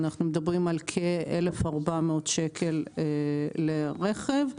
אנחנו מדברים על כ-1,400 שקל לרכב.